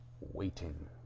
waiting